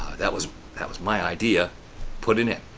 that was that was my idea put in it.